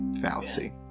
fallacy